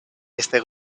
este